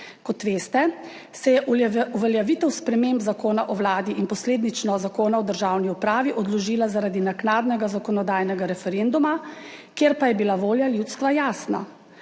Kot veste, se je uveljavitev sprememb Zakona o Vladi in posledično Zakona o državni upravi odložila zaradi naknadnega zakonodajnega referenduma, kjer pa je bila volja ljudstva jasna.